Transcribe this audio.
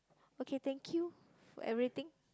okay thank you for everything